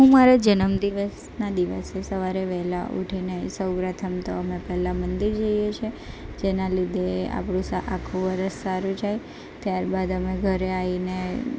હું મારા જન્મદિવસના દિવસે સવારે વહેલાં ઉઠીને સૌપ્રથમ તો અમે પહેલાં મંદિર જઈએ છીએ જેનાં લીધે આપણું આખું વર્ષ સારું જાય ત્યારબાદ અમે ઘરે આવીને